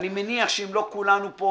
אני מניח שאם לא כולנו פה,